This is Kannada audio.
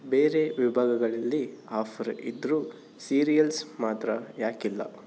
ಬೇರೆ ವಿಭಾಗಗಳಲ್ಲಿ ಆಫರ್ ಇದ್ರೂ ಸೀರಿಯಲ್ಸ್ ಮಾತ್ರ ಯಾಕಿಲ್ಲ